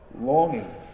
longing